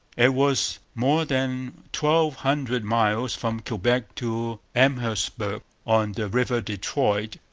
it was more than twelve hundred miles from quebec to amherstburg on the river detroit,